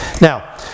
Now